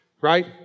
right